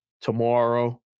tomorrow